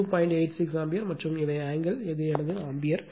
86 ampere மற்றும் இவை angle எனவே இது ஆம்பியர்